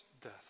death